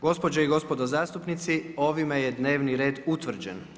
Gospođe i gospodo zastupnici, ovime je dnevni red utvrđen.